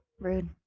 rude